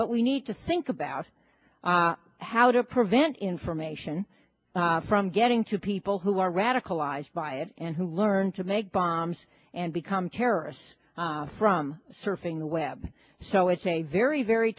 but we need to think about how to prevent in for mason from getting to people who are radicalized by it and who learn to make bombs and become terrorists from surfing the web so it's a very very